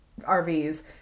RVs